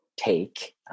take